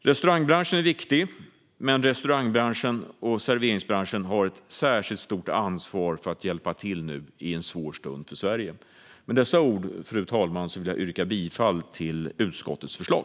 Restaurangbranschen är viktig, men restaurangbranschen och serveringsbranschen har ett särskilt stort ansvar att hjälpa till i denna svåra stund för Sverige. Med dessa ord, fru talman, vill jag yrka bifall till utskottets förslag.